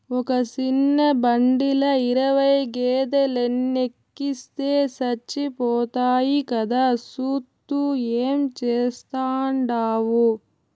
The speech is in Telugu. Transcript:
ఒక సిన్న బండిల ఇరవై గేదేలెనెక్కిస్తే సచ్చిపోతాయి కదా, సూత్తూ ఏం చేస్తాండావు